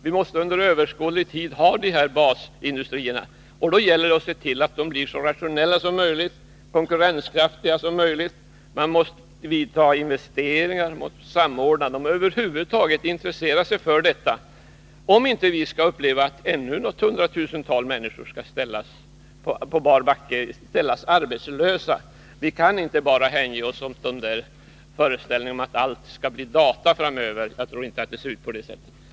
Vi måste under överskådlig tid ha de här basindustrierna, och det gäller då att se till att de blir så rationella som möjligt och så konkurrenskraftiga som möjligt. Man måste göra investeringar och samordna — över huvud taget intressera sig för detta — om vi inte skall behöva uppleva att ännu något hundratusental människor skall bli arbetslösa och ställas på bar backe. Vi kan inte bara hänge oss åt föreställningen att allt skall bli data framöver. Jag tror inte att verkligheten ser ut på det sättet.